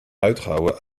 uitgehouwen